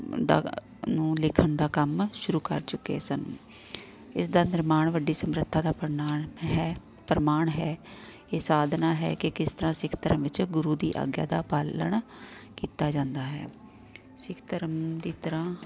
ਅ ਦਾ ਨੂੰ ਲਿਖਣ ਦਾ ਕੰਮ ਸ਼ੁਰੂ ਕਰ ਚੁੱਕੇ ਸਨ ਇਸ ਦਾ ਨਿਰਮਾਣ ਵੱਡੀ ਸਮਰੱਥਾ ਦਾ ਪ੍ਰਣਾਲ ਹੈ ਪ੍ਰਮਾਣ ਹੈ ਇਹ ਸਾਧਨਾ ਹੈ ਕਿ ਕਿਸ ਤਰ੍ਹਾਂ ਸਿੱਖ ਧਰਮ ਵਿੱਚ ਗੁਰੂ ਦੀ ਆਗਿਆ ਦਾ ਪਾਲਣ ਕੀਤਾ ਜਾਂਦਾ ਹੈ ਸਿੱਖ ਧਰਮ ਦੀ ਤਰ੍ਹਾਂ